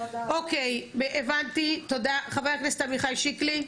אוקי, הבנתי, תודה, חבר הכנסת עמיחי שיקלי.